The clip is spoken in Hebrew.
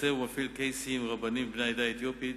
מתקצב ומפעיל קייסים, רבנים בני העדה האתיופית,